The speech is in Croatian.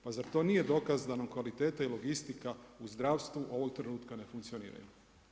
Pa zar to nije dokaz da nam kvaliteta i logistika u zdravstvu u ovog trenutka ne funkcionira?